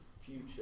future